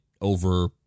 over